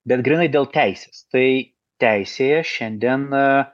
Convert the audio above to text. bet grynai dėl teisės tai teisėje šiandieną